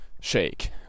shake